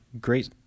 Great